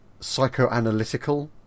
psychoanalytical